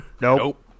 Nope